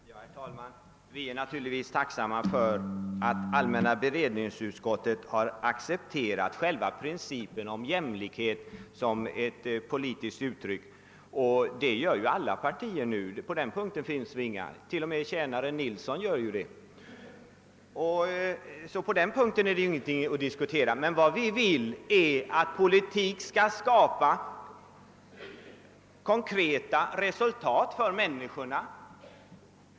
Herr talman! Vi är naturligtvis tacksamma för att allmänna beredningsutskottet har accepterat själva principen om jämlikhet som uttryck för en politisk grundsyn. Det gör ju alla partier nu — t.o.m. tjänaren Nilsson i Agnäs gör det — så på den punkten är det ingenting att diskutera. Men vi vill att politik skall skapa konkreta resultat för människorna.